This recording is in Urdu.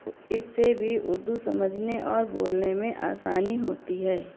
اس سے بھی اردو سمجھنے اور بولنے میں آسانی ہوتی ہے